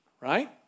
Right